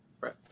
Right